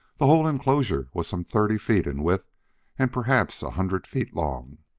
the whole enclosure was some thirty feet in width and perhaps a hundred feet long.